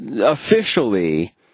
officially